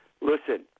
Listen